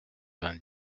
vingt